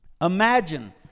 Imagine